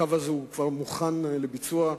הקו הזה כבר מוכן לביצוע,